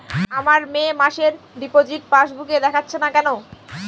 আমার মে মাসের ডিপোজিট পাসবুকে দেখাচ্ছে না কেন?